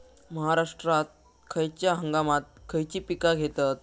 महाराष्ट्रात खयच्या हंगामांत खयची पीका घेतत?